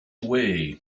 way